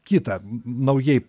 kitą naujai